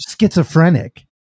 Schizophrenic